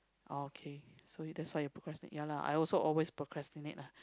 okay so you that's why procrastinate ya lah I also always procrastinate lah